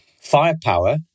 Firepower